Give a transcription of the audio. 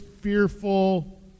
fearful